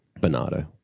Bernardo